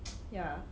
ya